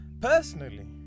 Personally